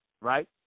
Right